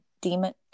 demon